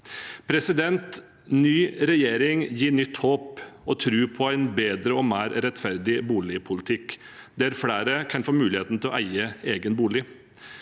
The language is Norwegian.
seg. Ny regjering gir nytt håp og tro på en bedre og mer rettferdig boligpolitikk, der flere kan få muligheten til å eie egen bolig,